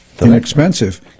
inexpensive